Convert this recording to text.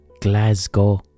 Glasgow